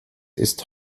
ist